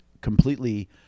completely